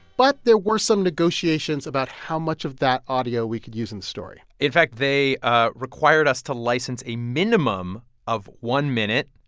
but there were some negotiations about how much of that audio we could use in the story in fact, they ah required us to license a minimum of one minute.